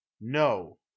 no